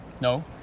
No